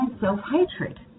self-hatred